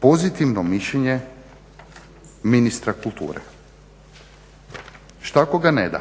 pozitivno mišljenje ministra kulture. Šta ako ga neda?